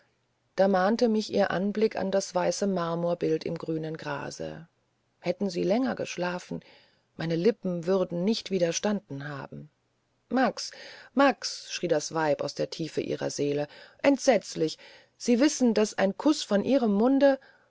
da mahnte mich ihr anblick an das weiße marmorbild im grünen grase hätten sie länger geschlafen meine lippen würden nicht widerstanden haben max max schrie das weib aus der tiefe ihrer seele entsetzlich sie wissen daß ein kuß von ihrem munde